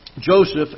Joseph